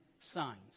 signs